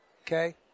Okay